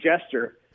gesture